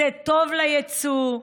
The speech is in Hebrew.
זה טוב ליצוא,